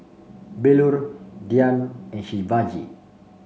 Bellur Dhyan and Shivaji